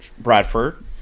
bradford